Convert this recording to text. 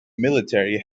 military